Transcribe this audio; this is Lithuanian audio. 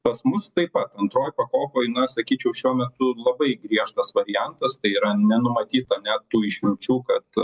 pas mus taip pat antroj pakopoj na sakyčiau šiuo metu labai griežtas variantas tai yra nenumatyta net tų išimčių kad